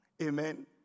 Amen